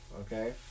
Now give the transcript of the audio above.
okay